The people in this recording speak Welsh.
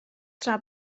tra